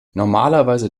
normalerweise